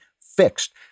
fixed